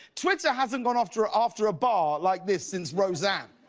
twitter hasn't gone after after a barr like this since rosanne.